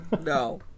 No